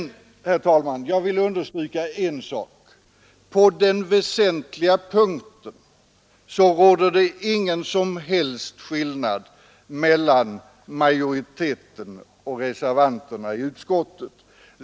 Men, herr talman, en sak vill jag understryka: på den väsentliga punkten råder det ingen som helst skillnad mellan majoriteten och reservanterna i utskottet.